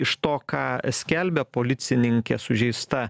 iš to ką skelbia policininkė sužeista